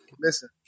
Listen